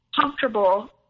comfortable